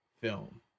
film